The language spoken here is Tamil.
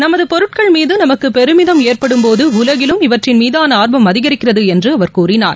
நமது பொருட்கள் மீது நமக்கு பெருமிதம் ஏற்படும்போது உலகிலும் இவற்றின் மீதாள ஆர்வம் அதிகரிக்கிறது என்று அவர் கூறினார்